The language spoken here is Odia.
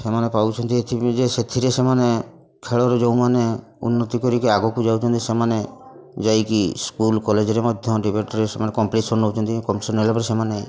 ସେମାନେ ପାଉଛନ୍ତି ଏଥିପାଇଁ ଯେ ସେଥିରେ ସେମାନେ ଖେଳର ଯେଉଁମାନେ ଉନ୍ନତି କରିକି ଆଗକୁ ଯାଉଛନ୍ତି ସେମାନେ ଯାଇକି ସ୍କୁଲ୍ କଲେଜ୍ରେ ମଧ୍ୟ ଡିବେଟ୍ରେ ସେମାନେ କମ୍ପିଟିସନ୍ ନେଉଛନ୍ତି କମ୍ପିଟିସନ୍ ନେଲାପରେ ସେମାନେ